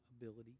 ability